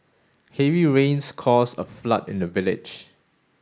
heavy rains caused a flood in the village